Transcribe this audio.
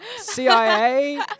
CIA